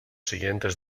siguientes